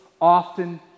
often